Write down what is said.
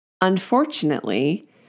Unfortunately